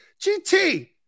GT